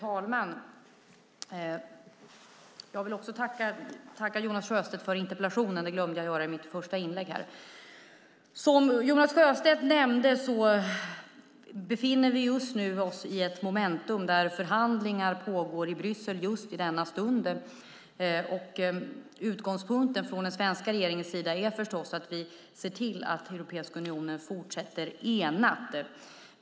Fru talman! Jag tackar Jonas Sjöstedt för interpellationen. Jag glömde det i mitt första inlägg. Som Jonas Sjöstedt nämnde befinner vi oss just nu i ett moment där förhandlingar pågår i Bryssel. Utgångspunkten för den svenska regeringen är att se till att Europeiska unionen fortsätter enat.